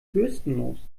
bürstenlos